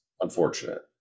unfortunate